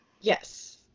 Yes